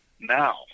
now